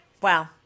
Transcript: Wow